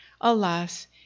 alas